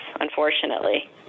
unfortunately